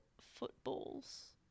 footballs